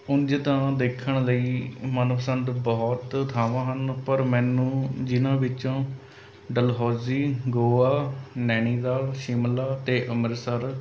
ਉਂਝ ਤਾਂ ਦੇਖਣ ਲਈ ਮਨਪਸੰਦ ਬਹੁਤ ਥਾਵਾਂ ਹਨ ਪਰ ਮੈਨੂੰ ਜਿਨ੍ਹਾਂ ਵਿੱਚੋਂ ਡਲਹੌਜ਼ੀ ਗੋਆ ਨੈਨੀਤਾਲ ਸ਼ਿਮਲਾ ਅਤੇ ਅੰਮ੍ਰਿਤਸਰ